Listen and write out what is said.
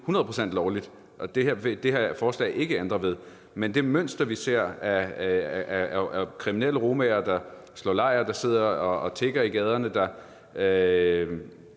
det vil det her forslag ikke ændre ved. Men det mønster, vi ser, med kriminelle romaer, der slår lejr, der sidder og tigger i gaderne, der